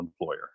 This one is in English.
employer